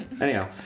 Anyhow